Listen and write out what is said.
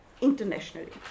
internationally